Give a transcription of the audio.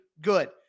good